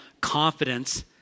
confidence